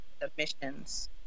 submissions